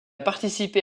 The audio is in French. participé